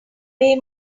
way